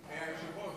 מתחלף איתו.